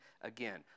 again